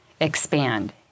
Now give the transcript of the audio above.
expand